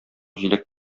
җиләк